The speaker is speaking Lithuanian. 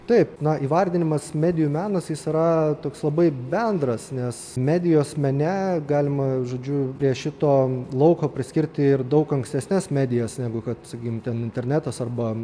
taip na įvardinimas medijų menas yra toks labai bendras nes medijos mene galima žodžiu prie šito lauko priskirti ir daug ankstesnes medijas negu kad sakykim ten internetas arba